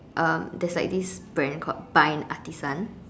um there's like this brand called Bynd-Artisan